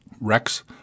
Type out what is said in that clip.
Rex